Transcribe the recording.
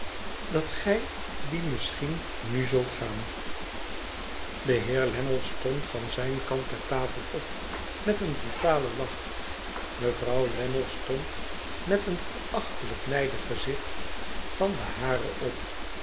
dat gij dien misschien nu zult gaan de heer lammie stond van zijn kant der tafel op met een brutalen lach mevrouw lammie stond met een verachtelijk nijdig gezicht van den haren op